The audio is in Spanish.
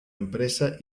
empresa